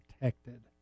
protected